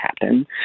happen